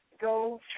go